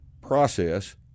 process